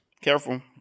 Careful